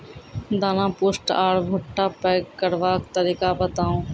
दाना पुष्ट आर भूट्टा पैग करबाक तरीका बताऊ?